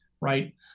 right